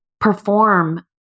perform